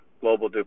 global